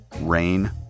Rain